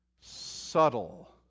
subtle